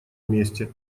месте